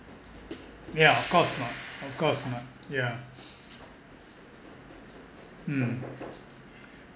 yeah of course not of course not yeah mm